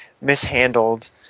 mishandled